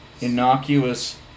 innocuous